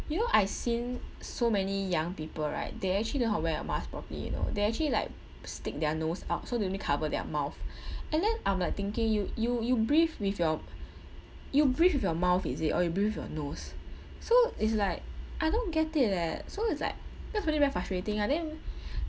you know I've seen so many young people right they actually don't know how to wear a mask properly you know they actually like stick their nose out so they only cover their mouth and then I'm like thinking you you you breathe with your you breathe with your mouth is it or you breathe with your nose so is like I don't get it eh so it's like that's really very frustrating ah then